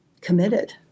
committed